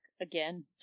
again